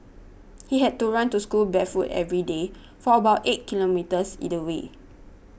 he had to run to school barefoot every day for about eight kilometres either way